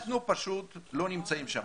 אנחנו פשוט לא נמצאים שם,